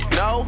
no